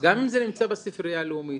גם אם זה נמצא בספרייה הלאומית,